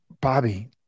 Bobby